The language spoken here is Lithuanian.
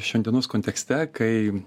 šiandienos kontekste kai